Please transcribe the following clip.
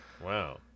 Wow